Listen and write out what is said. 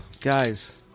guys